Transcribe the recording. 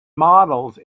models